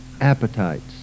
appetites